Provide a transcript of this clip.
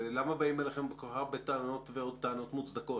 למה באים אליכם בכל כך הרבה טענות ועוד טענות מוצדקות?